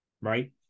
Right